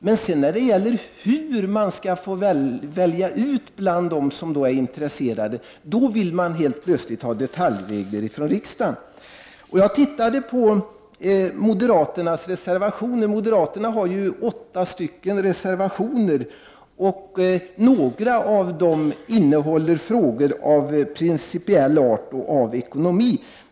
Men när kommunerna sedan skall göra sitt urval bland dem som är intresserade, då vill moderaterna plötsligt att riksdagen skall utfärda detaljregler. Moderaterna har åtta reservationer. Jag har tittat på dem och noterat att några innehåller frågor av principiell art och om ekonomi.